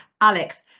Alex